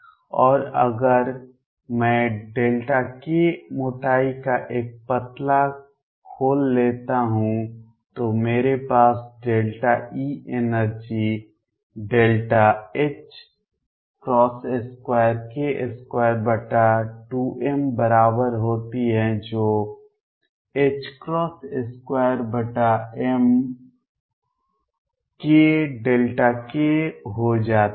और अगर मैं Δk मोटाई का एक पतला खोल लेता हूं तो मेरे पास E ऊर्जा Δ2k22m बराबर होती है जो 2m kΔk हो जाती है